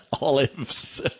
Olives